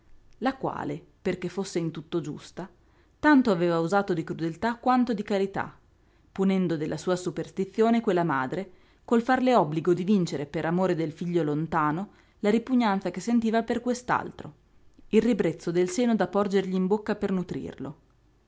la quale perché fosse in tutto giusta tanto aveva usato di crudeltà quanto di carità punendo della sua superstizione quella madre col farle obbligo di vincere per amore del figlio lontano la ripugnanza che sentiva per quest'altro il ribrezzo del seno da porgergli in bocca per nutrirlo